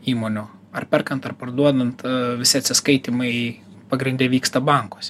įmonių ar perkant ar parduodant visi atsiskaitymai pagrinde vyksta bankus